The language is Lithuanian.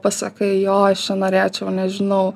pasakai jo aš čia norėčiau nežinau